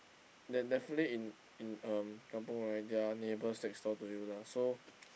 then definitely in in um kampung right there are neighbours next door to you lah so